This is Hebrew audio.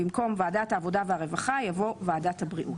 במקום "ועדת העבודה והרווחה" יבוא "ועדת הבריאות".